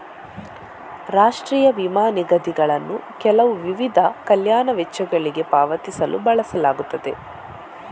ರಾಷ್ಟ್ರೀಯ ವಿಮಾ ನಿಧಿಗಳನ್ನು ಕೆಲವು ವಿಧದ ಕಲ್ಯಾಣ ವೆಚ್ಚಗಳಿಗೆ ಪಾವತಿಸಲು ಬಳಸಲಾಗುತ್ತದೆ